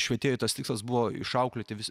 švietėjui tas tikslas buvo išauklėti vis